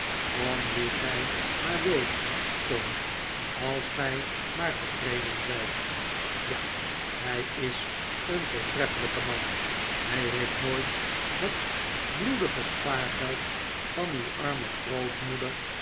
om wien gij maar wilt tom als gij maar tevreden zijt ja hij is een voortreffelijke man hij heeft nooit het bloedige spaargeld van uw arme grootmoeder